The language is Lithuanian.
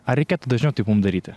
ar reikėtų dažniau taip mum daryti